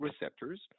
receptors